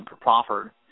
proffered